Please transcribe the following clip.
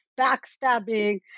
backstabbing